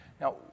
Now